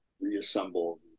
reassemble